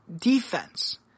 defense